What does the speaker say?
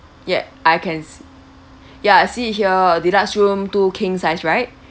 ye~ I can s~ ya I see it here deluxe room two king size right